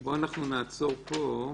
אנחנו נעצור פה,